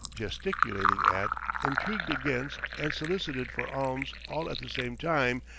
gesticulated at, intrigued against and solicited for alms all at the same time,